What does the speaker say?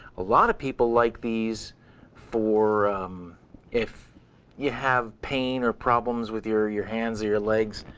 a lot of people like these for if you have pain or problems with your your hands or your legs,